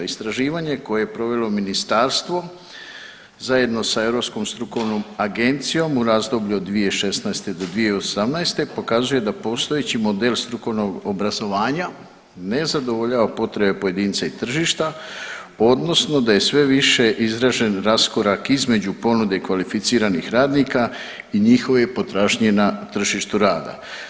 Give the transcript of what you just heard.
Istraživanje koje je provelo ministarstvo zajedno sa Europskom strukovnom agencijom u razdoblju od 2016. do 2018. pokazuje da postojeći model strukovnog obrazovanja ne zadovoljava potrebe pojedinca i tržišta odnosno da je sve više izražen raskorak između ponude kvalificiranih radnika i njihove potražnje na tržištu rada.